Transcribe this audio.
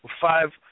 Five